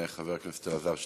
חבר הכנסת אלעזר שטרן,